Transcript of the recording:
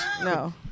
No